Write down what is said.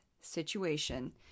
situation